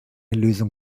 lösung